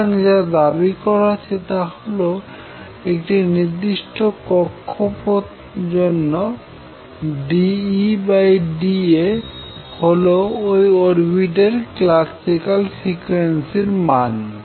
সুতরাং যা দাবি করা হচ্ছে তা হলো একটি নির্দিষ্ট কক্ষপথে জন্য dEdA হল ওই অরবিটের ক্লাসিক্যাল ফ্রিকোয়েন্সির মান